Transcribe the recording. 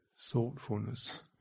Thoughtfulness